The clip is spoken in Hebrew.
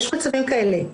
יש מצבים כאלה,